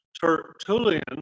Tertullian